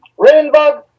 Rainbug